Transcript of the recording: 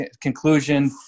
conclusion –